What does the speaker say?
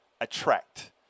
attract